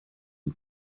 and